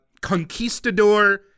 conquistador